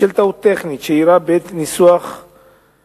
בשל טעות טכנית שאירעה בעת הניסוח הסופי